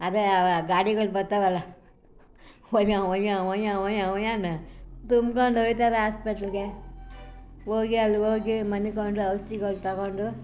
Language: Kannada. ಅದೇ ಆ ಗಾಡಿಗಳು ಬರ್ತಾವಲ್ಲ ಒಯ್ಯೊ ಒಯ್ಯೊ ಒಯ್ಯೊ ಒಯ್ಯೊ ಒಯ್ಯೊ ಅನ್ನೋ ತುಂಬ್ಕೊಂಡೋಗ್ತಾರೆ ಆಸ್ಪೆಟ್ಲಿಗೆ ಹೋಗಿ ಅಲ್ಲಿ ಔಷಧಿಗಳು ತಗೊಂಡು